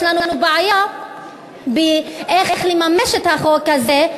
יש לנו בעיה איך לממש את החוק הזה,